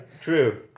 True